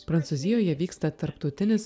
prancūzijoje vyksta tarptautinis